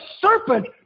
serpent